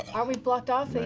aren't we blocked off? and